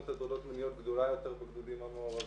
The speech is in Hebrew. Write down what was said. בהטרדות מיניות בגופי הביטחון והחירום.